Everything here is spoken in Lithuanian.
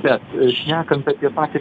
bet šnekant apie patį